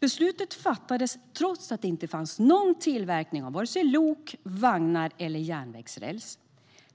Beslutet fattades trots att det inte fanns någon tillverkning av vare sig lok, vagnar eller järnvägsräls.